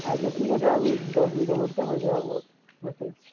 আচ্ছা ঠিক আছে আমি দশ মিনিটের মধ্যে হয়ে যাব পৌঁছোচ্ছি